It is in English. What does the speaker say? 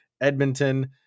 Edmonton